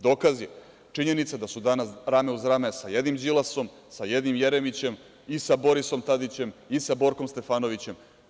Dokaz je činjenica da su danas rame uz rame sa jednim Đilasom, sa jednim Jeremićem i sa Borisom Tadićem i sa Borkom Stefanovićem.